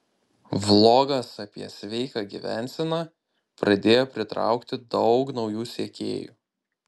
vlogas apie sveiką gyvenseną pradėjo pritraukti daug naujų sekėjų